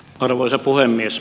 arvoisa puhemies